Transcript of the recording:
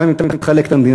גם אם תחלק את המדינה